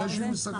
אחרי שהם יסכמו.